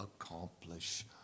accomplish